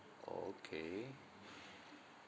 okay